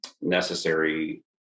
necessary